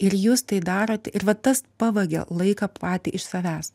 ir jūs tai darot ir vat tas pavagia laiką patį iš savęs